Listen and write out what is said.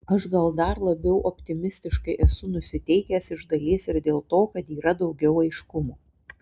aš gal dar labiau optimistiškai esu nusiteikęs iš dalies ir dėl to kad yra daugiau aiškumo